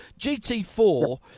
GT4